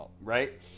Right